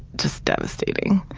just devastating.